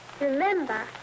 remember